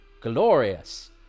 Glorious